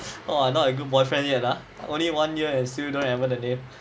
oh you're not a good boyfriend yet ah only one year and you still don't remember the name